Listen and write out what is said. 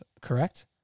correct